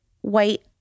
white